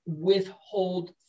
withhold